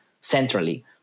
centrally